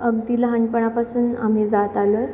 अगदी लहानपणापासून आम्ही जात आलो आहे